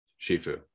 Shifu